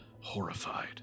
horrified